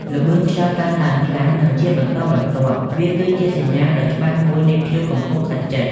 ល្បឿនខ្យល់កើនឡើងខ្លាំង និងជាបន្តបន្ទាប់វាគឺជាសញ្ញាដ៏ច្បាស់មួយនៃព្យុះកំពុងខិតជិត។